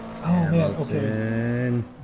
Hamilton